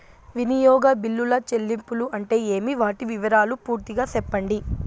వినియోగ బిల్లుల చెల్లింపులు అంటే ఏమి? వాటి వివరాలు పూర్తిగా సెప్పండి?